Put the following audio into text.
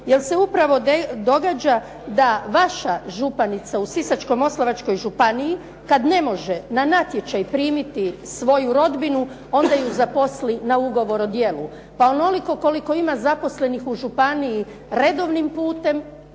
jer se upravo događa da vaša županica u Sisačko-moslavačkoj županiji kad ne može na natječaj primiti svoju rodbinu onda ju zaposli na ugovor o djelu. Pa onoliko koliko ima zaposlenih u županiji redovnim putem,